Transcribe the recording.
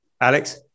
Alex